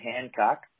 Hancock